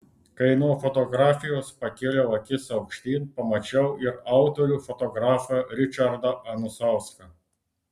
kai nuo fotografijos pakėliau akis aukštyn pamačiau ir autorių fotografą ričardą anusauską